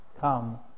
Come